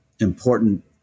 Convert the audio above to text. important